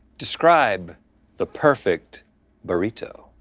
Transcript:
describe the perfect burrito.